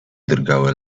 drgały